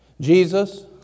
Jesus